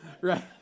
right